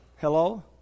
Hello